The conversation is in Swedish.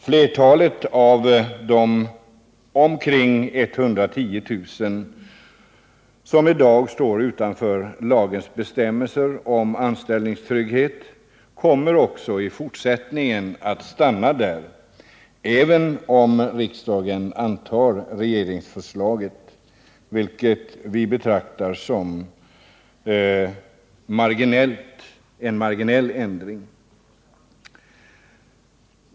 Flertalet av de omkring 110 000 som i dag står utanför lagens bestämmelser om anställningstrygghet kommer också i fortsättningen att finnas där, även om riksdagen antar regeringsförslaget, vilket vi betraktar som en marginell ändring.